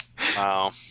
wow